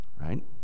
right